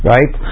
Right